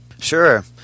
Sure